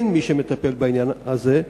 אין מי שמטפל בעניין הזה.